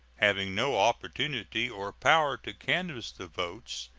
having no opportunity or power to canvass the votes,